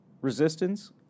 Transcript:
Resistance